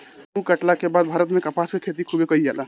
गेहुं काटला के बाद भारत में कपास के खेती खूबे कईल जाला